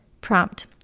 Prompt